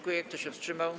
Kto się wstrzymał?